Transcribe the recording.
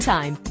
Time